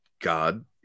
God